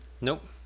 Nope